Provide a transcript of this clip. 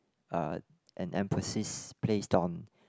uh an emphasis placed on